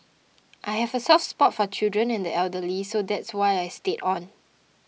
I have a soft spot for children and the elderly so that's why I stayed on